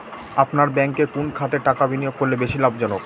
আপনার ব্যাংকে কোন খাতে টাকা বিনিয়োগ করলে বেশি লাভজনক?